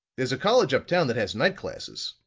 there's a college up town that has night classes.